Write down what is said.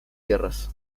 tierras